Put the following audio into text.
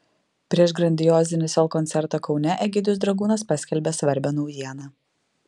prieš grandiozinį sel koncertą kaune egidijus dragūnas paskelbė svarbią naujieną